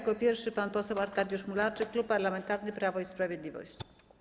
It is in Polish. Jako pierwszy pan poseł Arkadiusz Mularczyk, Klub Parlamentarny Prawo i Sprawiedliwość.